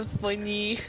funny